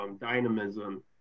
dynamism